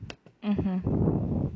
mmhmm